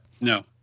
no